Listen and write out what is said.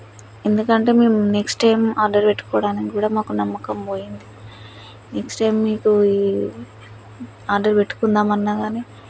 ఎందుకంటే మేము next time order పెట్టుకోవడానికి కూడా మాకు నమ్మకం పోయింది నెక్స్ట్ టైం మీకు ఈ ఆర్డర్ పెట్టుకుందామన్నా కానీ